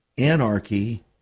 Anarchy